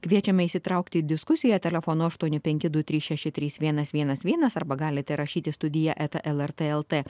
kviečiame įsitraukti į diskusiją telefonu aštuoni penki du trys šeši trys vienas vienas vienas arba galite rašyti studija eta lrt lt